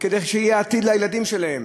כדי שיהיה עתיד לילדים שלהם.